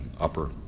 upper